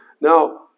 Now